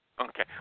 Okay